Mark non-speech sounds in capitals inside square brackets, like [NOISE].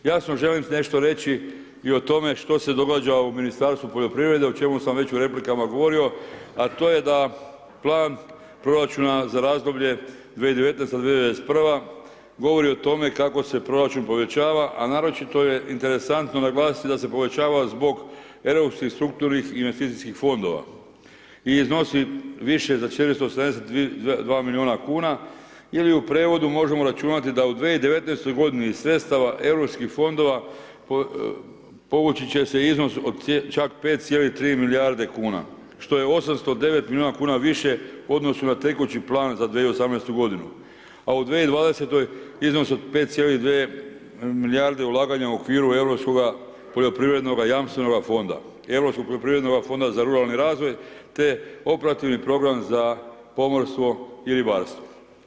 Jasno želim nešto reći i o tome što se događa u Ministarstvu poljoprivrede, o čemu sam već u replikama govorio, a to je da plan proračuna za razdoblje 2019.2021. govori o tome, kako se proračun povećava, a naročito je interesantno naglasiti da se povećava zbog europskih, strukturnih i investicijskih fondova i iznosi više za … [UNINTELLIGIBLE] milijuna kn ili u prijevodu možemo računati da u 2019. g. sredstava europskih fondova, poveći će se iznos od čak 5,3 milijarde kn, što je 809 milijuna kn više u odnosu na tekući plan za 2018. g. A u 2020. iznos od 5, … [UNINTELLIGIBLE] milijarde ulaganja u okviru europskoga poljoprivrednoga jamstvenoga fonda, europskoga poljoprivrednoga fonda za ruralni razvoj, te operativni program za pomorstvo i ribarstvo.